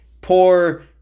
Poor